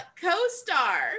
co-star